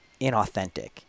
inauthentic